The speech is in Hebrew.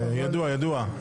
ידוע, ידוע.